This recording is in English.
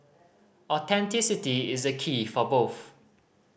authenticity is the key for both